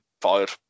fired